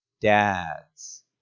Dads